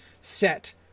set